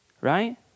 Right